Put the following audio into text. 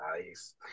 nice